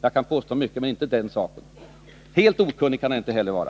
Jag kan påstå mycket men inte något sådant. Helt okunnig kan han inte heller vara.